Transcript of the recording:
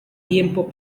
tiempo